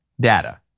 data